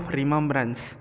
remembrance